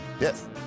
Yes